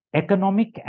economic